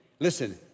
Listen